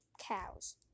cows